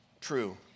true